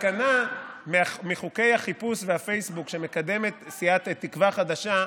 הסכנה מחוקי החיפוש והפייסבוק שמקדמת סיעת תקווה חדשה,